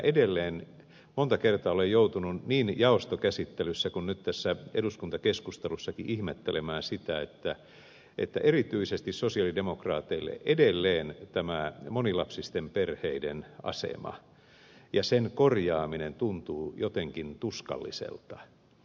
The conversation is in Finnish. minä monta kertaa olen joutunut niin jaostokäsittelyssä kuin nyt tässä eduskuntakeskustelussakin ihmettelemään sitä että erityisesti sosialidemokraateille edelleen tämä monilapsisten perheiden aseman korjaaminen tuntuu jotenkin tuskalliselta